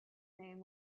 name